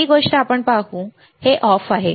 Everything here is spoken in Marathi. पहिली गोष्ट आपण पाहू हे बंद आहे